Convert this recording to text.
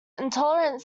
intolerant